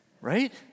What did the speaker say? Right